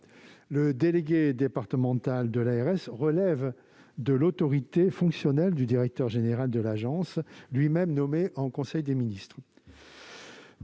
le délégué départemental de l'ARS relève de l'autorité fonctionnelle du directeur général de l'agence, lui-même nommé en conseil des ministres.